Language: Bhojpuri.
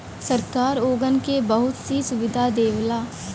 सरकार ओगन के बहुत सी सुविधा देवला